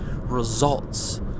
Results